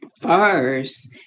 first